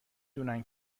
دونن